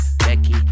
Becky